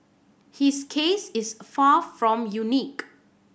his case is far from unique